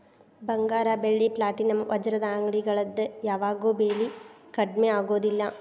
ಬಂಗಾರ ಬೆಳ್ಳಿ ಪ್ಲಾಟಿನಂ ವಜ್ರದ ಅಂಗಡಿಗಳದ್ ಯಾವಾಗೂ ಬೆಲಿ ಕಡ್ಮಿ ಆಗುದಿಲ್ಲ